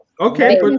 Okay